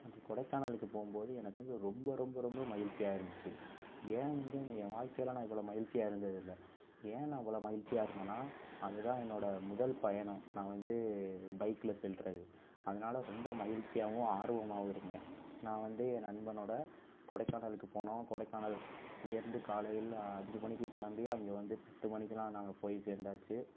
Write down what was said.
கொடைக்கானலுக்கு போகும்போது எனக்கு வந்து ரொம்ப ரொம்ப ரொம்ப மகிழ்ச்சியாக இருந்துச்சு ஏன் வந்து என் வாழ்க்கையில நான் இவ்வளோ மகிழ்ச்சியா இருந்ததில்லை ஏன் நா இவ்வளோ மகிழ்ச்சியாகருந்தேன்னா அதுதான் என்னோடய முதல் பயணம் நான் வந்து பைக்கில் செல்வது அதனாலே ரொம்ப மகிழ்ச்சியாவும் ஆர்வமாகவும் இருந்தேன் நான் வந்து என் நண்பனோடு கொடைக்கானலுக்கு போனோம் கொடைக்கானல் இங்கிருந்து காலையில் அஞ்சு மணிக்கு கிளம்பி அங்க வந்து பத்து மணிக்கெலாம் நாங்கள் போயி சேர்ந்தாச்சு